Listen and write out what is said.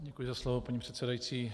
Děkuji za slovo, paní předsedající.